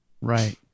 Right